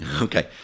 Okay